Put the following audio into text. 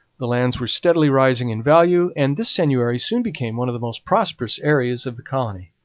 the lands were steadily rising in value, and this seigneury soon became one of the most prosperous areas of the colony.